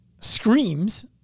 screams